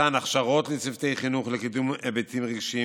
מתן הכשרות לצוותי חינוך לקידום היבטים רגשיים